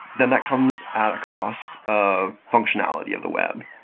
then that comes at a cost of functionality of the web.